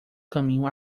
caminho